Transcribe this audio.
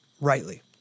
rightly